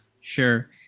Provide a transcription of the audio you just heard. sure